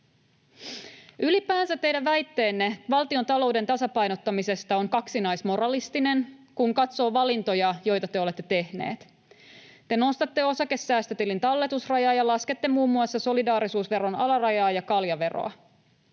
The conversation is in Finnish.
Ylipäänsä teidän väitteenne valtiontalouden tasapainottamisesta on kaksinaismoralistinen, kun katsoo valintoja, joita te olette tehneet. Te nostatte osakesäästötilin talletusrajaa ja laskette muun muassa solidaarisuusveron alarajaa ja kaljaveroa.